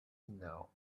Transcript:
now